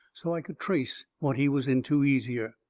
so i could trace what he was into easier.